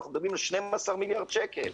אנחנו מדברים על 12 מיליארד שקלים.